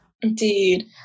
indeed